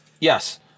yes